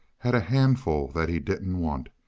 had a handful that he didn't want,